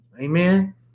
Amen